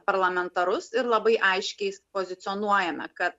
parlamentarus ir labai aiškiai pozicionuojame kad